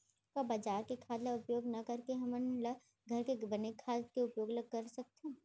का बजार के खाद ला उपयोग न करके हमन ल घर के बने खाद के उपयोग ल कर सकथन?